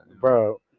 Bro